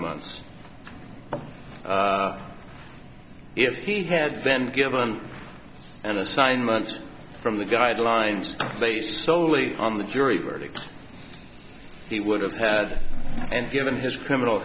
months if he had then given an assignment from the guidelines based soley on the jury verdict he would have had and given his criminal